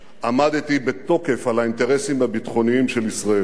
עמדתי בתוקף על האינטרסים הביטחוניים של ישראל,